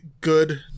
good